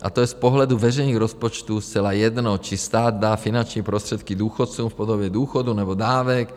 A to je z pohledu veřejných rozpočtu zcela jedno, či stát dá finanční prostředky důchodcům v podobě důchodu, nebo dávek.